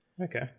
okay